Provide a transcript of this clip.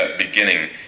beginning